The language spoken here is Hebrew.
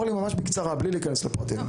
אורלי, ממש בקצרה, בלי להיכנס לפרטים.